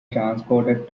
transported